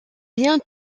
bien